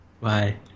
Bye